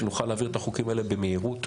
שנוכל להעביר את החוקים האלה במהירות.